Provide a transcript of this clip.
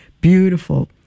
beautiful